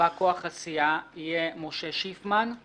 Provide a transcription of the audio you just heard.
בא-כוח הסיעה יהיה משה שיפמן,